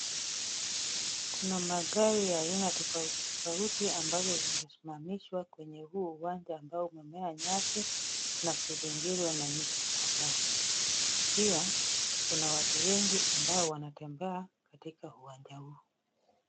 Kuna magari ya aina tofauti tofauti ambazo zimesimamishwa kwenye huu uwanja umemea nyasi na kuzingirwa na miti kadha, pia kuna watu wengi ambao wanatembea katika uwanja huu.